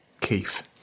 Keith